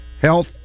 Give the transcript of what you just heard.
health